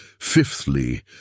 fifthly